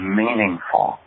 meaningful